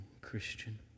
Christian